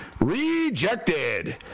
Rejected